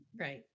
Right